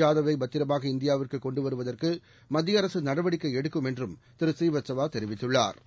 ஜாதவ்வைபத்திரமாக இந்தியாவிற்குகொண்டுவருவதற்குமத்தியஅரசுநடவடிக்கைஎடுக்கும் என்றும் திருபுநீவத்சவாதெரிவித்துள்ளார்